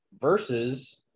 versus